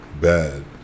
bad